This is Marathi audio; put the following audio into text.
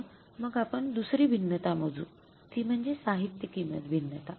तर मग आपण दुसरी भिन्नता मोजू ती म्हणजे साहित्य किंमत भिन्नता